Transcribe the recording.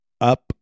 up